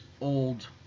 old